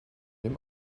dem